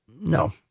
No